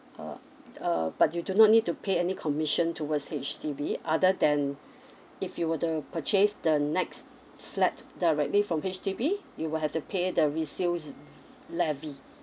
uh uh but you do not need to pay any commission towards H_D_B other than if you were to purchase the next flat directly from H_D_B you will have to pay the resales v~ levy